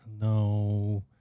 no